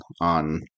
on